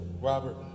Robert